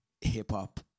hip-hop